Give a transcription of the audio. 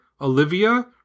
Olivia